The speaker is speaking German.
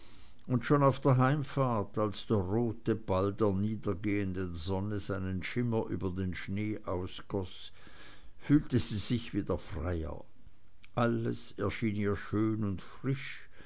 und schon auf der heimfahrt als der rote ball der niedergehenden sonne seinen schimmer über den schnee ausgoß fühlte sie sich wieder freier alles erschien ihr schön und frisch